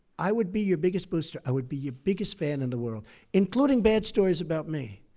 i would be your biggest booster, i would be your biggest fan in the world including bad stories about me.